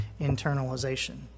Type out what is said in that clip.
internalization